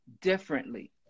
differently